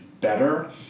better